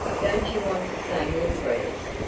don't you want to say your prayers?